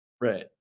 right